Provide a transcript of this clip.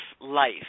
life